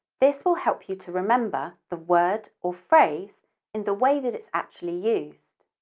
this will help you to remember the word or phrase in the way that it's actually used.